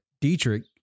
Dietrich